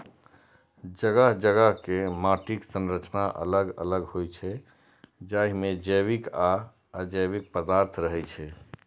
जगह जगह के माटिक संरचना अलग अलग होइ छै, जाहि मे जैविक आ अजैविक पदार्थ रहै छै